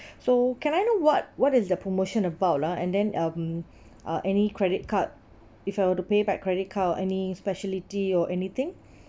so can I know what what is the promotion about ah and then um uh any credit card if I were to pay by credit card or any specialty or anything